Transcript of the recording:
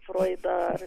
froidą ar